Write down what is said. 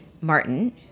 Martin